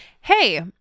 hey